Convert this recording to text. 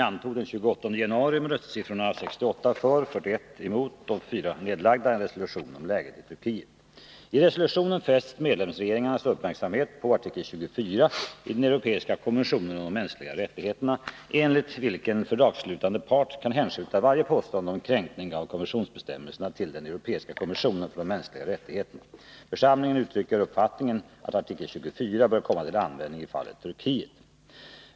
I resolutionen fästs medlemsregeringarnas uppmärksamhet på artikel 24 i den europeiska konventionen om de mänskliga rättigheterna, enligt vilken fördragsslutande part kan hänskjuta varje påstående om kränkning av konventionsbestämmelserna till den europeiska kommissionen för de mänskliga rättigheterna. Församlingen uttrycker uppfattningen att artikel 24 bör komma till användning i fallet Turkiet.